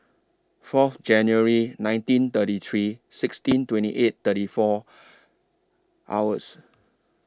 Fourth January nineteen thirty three sixteen twenty eight thirty four hours